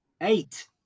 eight